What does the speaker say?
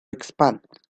expand